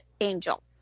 Angel